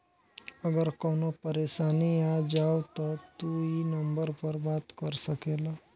अगर कवनो परेशानी आ जाव त तू ई नम्बर पर बात कर सकेल